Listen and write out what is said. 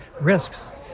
risks